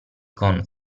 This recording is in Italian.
con